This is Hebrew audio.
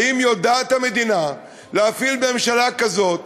האם יודעת המדינה להפעיל ממשלה כזאת?